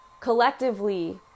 collectively